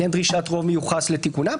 כי אין דרישת רוב מיוחס לתיקונם,